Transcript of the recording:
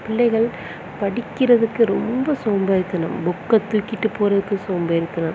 பிள்ளைகள் படிக்கிறதுக்கு ரொம்ப சோம்பேறித்தனம் புக்கை தூக்கிட்டு போகிறதுக்கு சோம்பேறித்தனம்